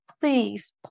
please